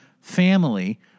family